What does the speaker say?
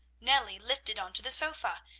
nellie lifted onto the sofa!